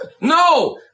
no